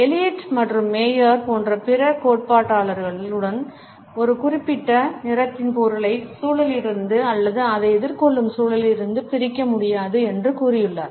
Eliot மற்றும் Meyer போன்ற பிற கோட்பாட்டாளர்களும் ஒரு குறிப்பிட்ட நிறத்தின் பொருளை சூழலிலிருந்து அல்லது அதை எதிர்கொள்ளும் சூழலில் இருந்து பிரிக்க முடியாது என்று கூறியுள்ளனர்